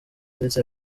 ndetse